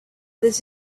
this